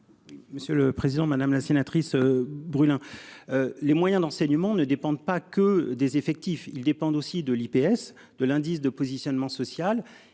Monsieur le président, madame la sénatrice brûle hein. Les moyens d'enseignement ne dépendent pas que des effectifs, ils dépendent aussi de l'IPS de l'indice de positionnement social,